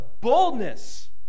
boldness